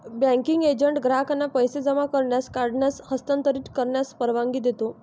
banking agent ग्राहकांना पैसे जमा करण्यास, काढण्यास, हस्तांतरित करण्यास परवानगी देतो